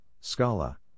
Scala